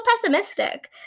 pessimistic